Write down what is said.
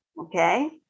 Okay